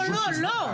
לא,